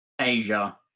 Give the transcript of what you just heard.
Asia